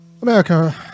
America